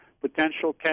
potential